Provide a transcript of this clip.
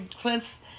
Clint's